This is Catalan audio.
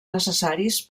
necessaris